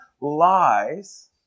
lies